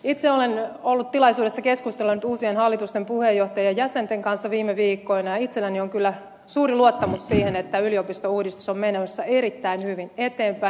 itse olen ollut tilaisuudessa keskustella nyt uusien hallitusten puheenjohtajien ja jäsenten kanssa viime viikkoina ja itselläni on kyllä suuri luottamus siihen että yliopistouudistus on menossa erittäin hyvin eteenpäin